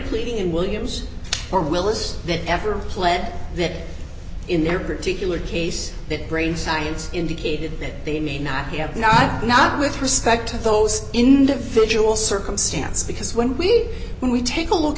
pleading in williams or willis that ever pled that in their particular case that brain science indicated that they need not have not not with respect to those individual circumstances because when we when we take a look